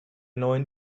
neuen